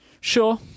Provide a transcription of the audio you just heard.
sure